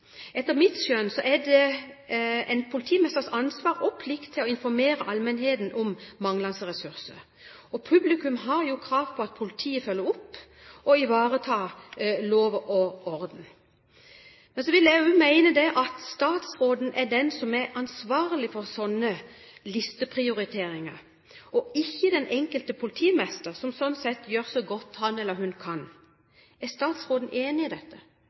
plikt å informere allmennheten om manglende ressurser, og publikum har krav på at politiet følger opp og ivaretar lov og orden. Jeg vil også mene at det er statsråden som er ansvarlig for sånne listeprioriteringer, og ikke den enkelte politimester, som sånn sett gjør så godt han eller hun kan. Er statsråden enig i dette?